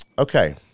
Okay